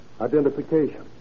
identification